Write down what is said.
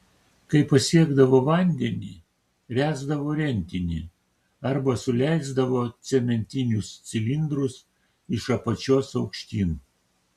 kai pasiekdavo vandenį ręsdavo rentinį arba suleisdavo cementinius cilindrus iš apačios aukštyn